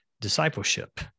discipleship